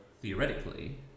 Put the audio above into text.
Theoretically